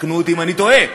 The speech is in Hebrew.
ותקנו אותי אם אני טועה.